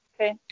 Okay